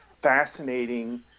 fascinating